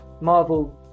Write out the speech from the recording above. Marvel